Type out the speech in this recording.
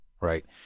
right